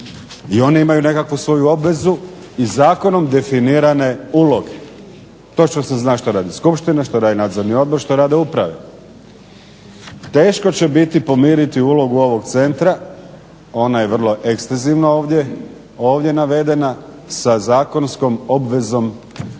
I one imaju nekakvu svoju obvezu i zakonom definirane uloge. Točno se zna što radi skupština, što radi nadzorni odbor, što rade uprave. Teško će biti pomiriti ulogu ovog centra. Ona je vrlo ekstenzivna ovdje, ovdje navedena sa zakonskom obvezom